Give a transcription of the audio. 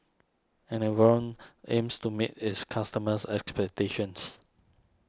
Enervon aims to meet its customers' expectations